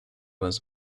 was